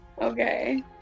okay